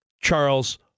Charles